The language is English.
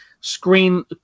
screen –